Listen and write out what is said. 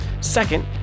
Second